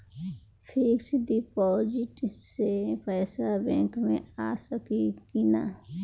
Fix deposit से पैसा bank मे आ सकी कि ना?